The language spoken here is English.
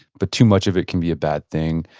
but too much of it can be a bad thing.